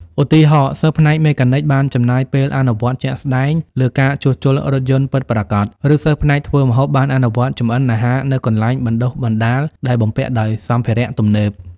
ឧទាហរណ៍ សិស្សផ្នែកមេកានិកបានចំណាយពេលអនុវត្តជាក់ស្តែងលើការជួសជុលរថយន្តពិតប្រាកដ ឬសិស្សផ្នែកធ្វើម្ហូបបានអនុវត្តចម្អិនអាហារនៅកន្លែងបណ្តុះបណ្តាលដែលបំពាក់ដោយសម្ភារៈទំនើប។